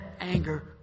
anger